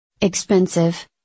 expensive